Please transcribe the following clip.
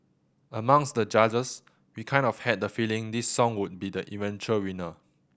amongst the judges we kind of had the feeling this song would be the eventual winner